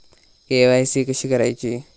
KYC कशी करायची?